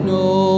no